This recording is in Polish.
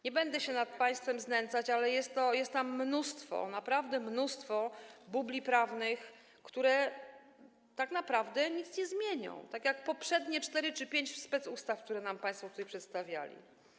Nie będę się nad państwem znęcać, ale jest tam mnóstwo, naprawdę mnóstwo bubli prawnych, które tak naprawdę nic nie zmienią, tak jak poprzednie cztery czy pięć specustaw, które nam państwo tutaj przedstawiali.